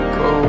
go